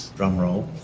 drum roll.